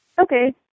Okay